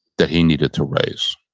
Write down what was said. that he needed to raise